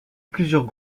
plusieurs